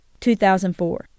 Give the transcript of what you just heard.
2004